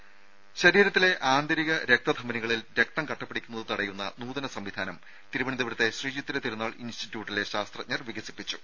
ദരദ ശരീരത്തിലെ ആന്തരിക രക്തധമനികളിൽ രക്തം കട്ടപിടിക്കുന്നത് തടയുന്ന നൂതന സംവിധാനം തിരുവനന്തപുരത്തെ ശ്രീചിത്തിര തിരുനാൾ ഇൻസ്റ്റിറ്റ്യൂട്ടിലെ ശാസ്ത്രജ്ഞർ വികസിപ്പിച്ചു